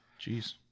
Jeez